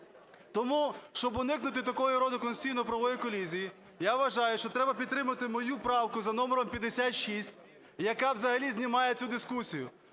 Тому, щоб уникнути такого роду конституційно-правової колізії, я вважаю, що треба підтримати мою правку за номером 56, яка взагалі знімає цю дискусію,